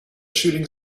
shooting